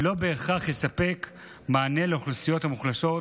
ולא בהכרח יספק מענה לאוכלוסיות המוחלשות,